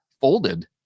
folded